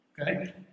Okay